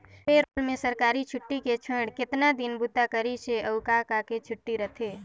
पे roll में सरकारी छुट्टी के छोएड़ केतना दिन बूता करिस हे, अउ का का के छुट्टी रथे